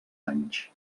anys